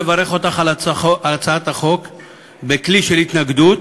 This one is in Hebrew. לברך אותך על הצעת החוק בכלי של התנגדות,